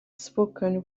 spoken